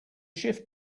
shift